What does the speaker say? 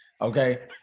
Okay